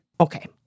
Okay